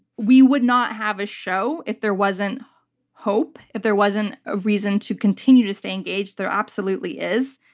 we would not have a show if there wasn't hope, if there wasn't a reason to continue to stay engaged. there absolutely is.